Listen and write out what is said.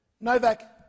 Novak